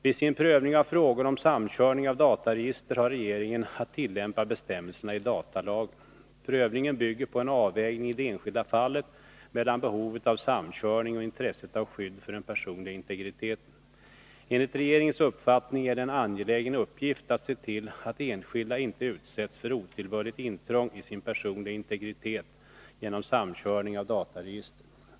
Vid sin prövning av frågor om samkörning av dataregister har regeringen att tillämpa bestämmelserna i datalagen. Prövningen bygger på en avvägning i det enskilda fallet mellan behovet av samkörning och intresset av skydd för den personliga integriteten. Enligt regeringens uppfattning är det en angelägen uppgift att se till att enskilda inte utsätts för otillbörligt intrång i sin personliga integritet genom samkörning av dataregister.